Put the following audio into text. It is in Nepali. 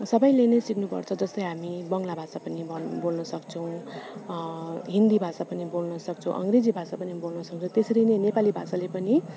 सबैले नै सिक्नुपर्छ जस्तै हामी बङ्गला भाषा पनि भन् बोल्नु सक्छौँ हिन्दी भाषा पनि बोल्नु सक्छौँ अङ्ग्रेजी भाषा पनि बोल्न सक्छौँ त्यसरी नै नेपाली भाषाले पनि